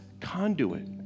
conduit